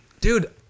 Dude